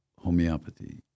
homeopathy